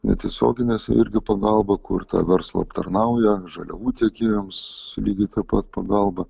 netiesioginės irgi pagalba kur tą verslą aptarnauja žaliavų tiekėjams lygiai taip pat pagalba